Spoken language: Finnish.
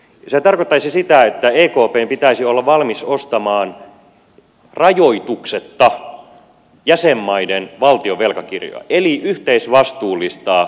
sehän tarkoittaisi sitä että ekpn pitäisi olla valmis ostamaan rajoituksetta jäsenmaiden valtionvelkakirjoja eli yhteisvastuullistaa valtionvelkaa